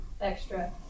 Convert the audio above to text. extra